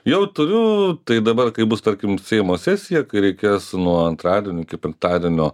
jau turiu tai dabar kai bus tarkim seimo sesija kai reikės nuo antradienio iki penktadienio